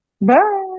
Bye